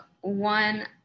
one